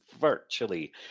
virtually